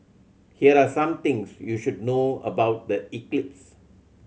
here are some things you should know about the eclipse